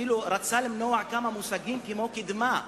רצה למנוע כמה מושגים כמו קידמה.